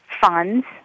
funds